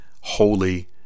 holy